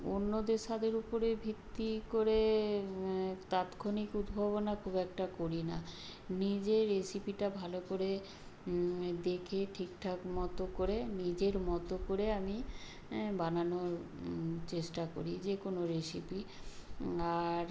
অন্যদের স্বাদের ওপরে ভিত্তি করে তাৎক্ষণিক উদ্ভাবনা খুব একটা করি না নিজে রেসিপিটা ভালো করে দেখে ঠিকঠাক মতো করে নিজের মতো করে আমি বানানো চেষ্টা করি যে কোনো রেসিপি আর